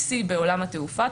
TC בעולם התעופה,